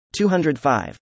205